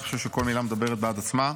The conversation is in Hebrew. אני חושב שכל מילה מדברת בעד עצמה.